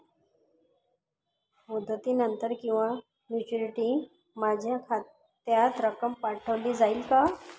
मुदतीनंतर किंवा मॅच्युरिटी माझ्या खात्यात रक्कम पाठवली जाईल का?